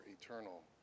eternal